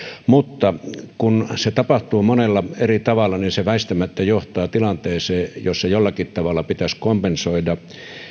mutta kun se tapahtuu monella eri tavalla niin se väistämättä johtaa tilanteeseen jossa jollakin tavalla pitäisi kompensoida